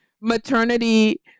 maternity